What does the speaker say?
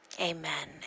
Amen